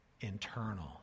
internal